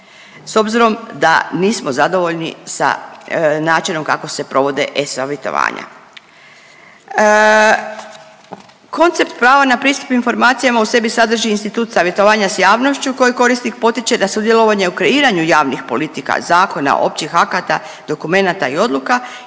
s obzirom da nismo zadovoljni sa načinom kako se provode e-savjetovanja. Koncept prava na pristup informacijama u sebi sadrži institut savjetovanja s javnošću koji korisnik potiče na sudjelovanje u kreiranju javnih politika, zakona, općih akata, dokumenata i odluka i